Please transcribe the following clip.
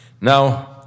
Now